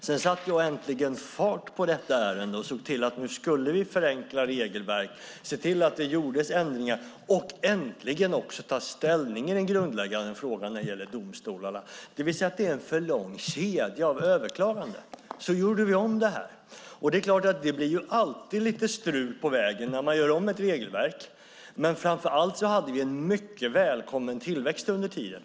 Sedan satte jag äntligen fart på detta ärende för att se till att regelverket skulle förenklas och för att se till att det gjordes ändringar. Äntligen skulle man också ta ställning till den grundläggande frågan när det gäller domstolarna, det vill säga att det är en för lång kedja av överklaganden. Därför gjorde vi om detta. Det är klart att det alltid blir lite strul på vägen när man gör om ett regelverk. Men framför allt hade vi en mycket välkommen tillväxt under tiden.